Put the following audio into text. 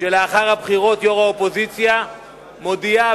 לאחר הבחירות יושבת-ראש האופוזיציה מודיעה